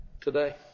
today